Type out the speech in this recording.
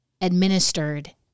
administered